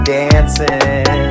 dancing